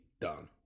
done